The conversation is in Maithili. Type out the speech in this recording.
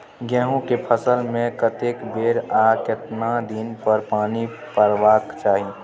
गेहूं के फसल मे कतेक बेर आ केतना दिन पर पानी परबाक चाही?